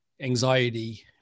anxiety